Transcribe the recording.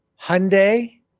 Hyundai